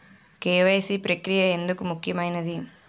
KYC ప్రక్రియ ఎందుకు ముఖ్యమైనది?